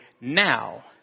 now